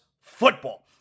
football